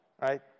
right